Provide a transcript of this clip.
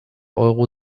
euro